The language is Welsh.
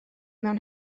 mewn